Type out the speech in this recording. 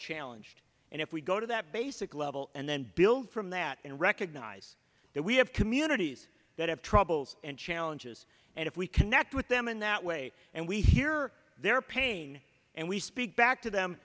challenged and if we go to that basic level and then build from that and recognize that we have communities that have troubles and challenges and if we connect with them in that way and we hear their pain and we speak back to them